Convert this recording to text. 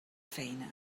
feina